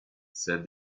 said